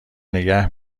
نگه